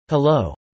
Hello